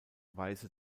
weiße